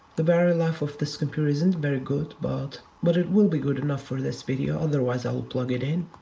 the battery life of this computer isn't very good, but but it will be good enough for this video, otherwise i'll plug it in.